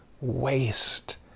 waste